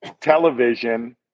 television